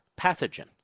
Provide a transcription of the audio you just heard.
pathogen